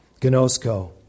Gnosko